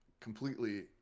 completely